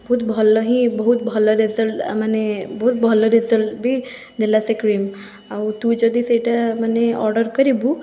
ବହୁତ ଭଲ ହିଁ ବହୁତ ଭଲ ରେଜଲ୍ଟ ଆ ମାନେ ବହୁତ ଭଲ ରେଜଲ୍ଟ ବି ଦେଲା ସେ କ୍ରିମ୍ ଆଉ ତୁ ଯଦି ସେଇଟା ମାନେ ଅର୍ଡ଼ର୍ କରିବୁ